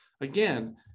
again